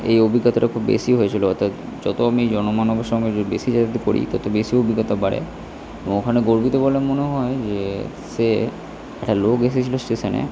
এই অভিজ্ঞতাটা খুব বেশি হয়েছিল অর্থাৎ যত আমি জনমানবের সঙ্গে বেশি করি তত বেশি অভিজ্ঞতা বাড়ে ওখানে গর্বিত বলে মনে হয় যে সে একটা লোক এসেছিল স্টেশনে